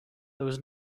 was